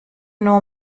nur